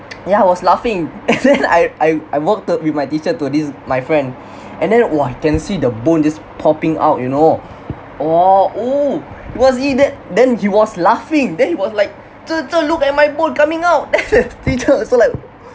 ya was laughing I I I walked to with my teacher to this my friend and then !wah! can see the bone just popping out you know !wah! !ow! was he that then he was laughing then he was like ~ cher ~ cher look at my bone coming out then the teacher also like